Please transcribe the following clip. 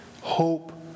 Hope